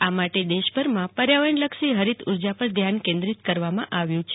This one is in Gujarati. ઓ માટે દેશભરમાં પર્યાવરણલક્ષી હરિત ઉર્જા પર ધ્યાન કેન્દ્રિત કરવામાં આવ્યું છે